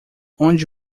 onde